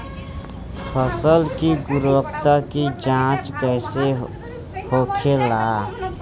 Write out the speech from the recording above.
फसल की गुणवत्ता की जांच कैसे होखेला?